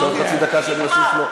אתה רוצה עוד חצי דקה שאני אוסיף לו?